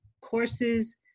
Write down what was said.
courses